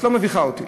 את לא מביכה אותי.